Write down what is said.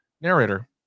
narrator